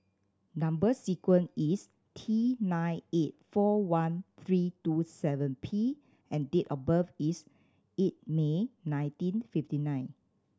number sequence is T nine eight four one three two seven P and date of birth is eight May nineteen fifty nine